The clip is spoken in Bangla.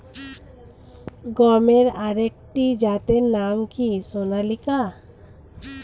গমের আরেকটি জাতের নাম কি সোনালিকা?